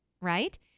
right